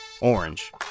Orange